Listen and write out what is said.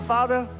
Father